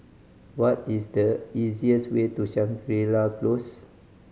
what is the easiest way to Shangri La Close